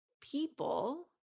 people